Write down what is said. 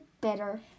better